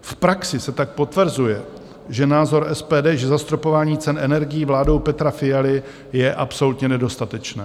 V praxi se tak potvrzuje názor SPD, že zastropování cen energií vládou Petra Fialy je absolutně nedostatečné.